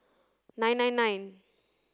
nine nine nine